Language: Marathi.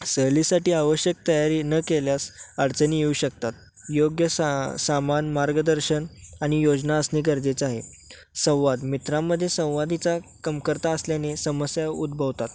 सहलीसाठी आवश्यक तयारी न केल्यास अडचणी येऊ शकतात योग्य सा सामान मार्गदर्शन आणि योजना असणे गरजेचं आहे संवाद मित्रामध्ये संवादाची कमतरता असल्याने समस्या उद्भवतात